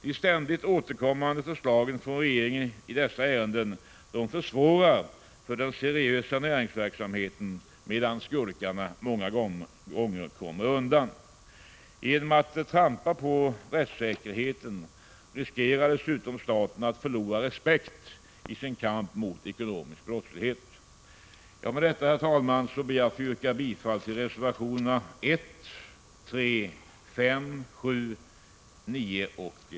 De ständigt återkommande förslagen från regeringen i dessa ärenden försvårar för den seriösa näringsverksamheten, medan skurkarna många gånger kommer undan. Genom att trampa på rättssäkerheten riskerar dessutom staten att förlora respekt i sin kamp mot ekonomisk brottslighet. Med detta, herr talman, ber jag att få yrka bifall till reservationerna 1,3, 5, 7, 9 och 10.